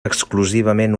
exclusivament